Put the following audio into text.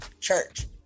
church